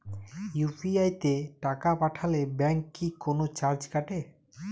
UPI তে টাকা পাঠালে ব্যাংক কি কোনো চার্জ কাটে?